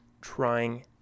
trying